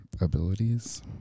abilities